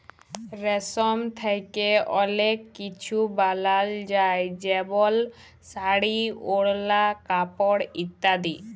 রেশম থ্যাকে অলেক কিছু বালাল যায় যেমল শাড়ি, ওড়লা, কাপড় ইত্যাদি